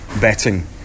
betting